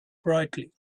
brightly